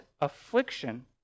affliction